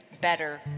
better